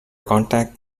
contact